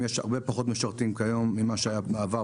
יש כיום הרבה פחות משרתים מכפי שהיה בעבר,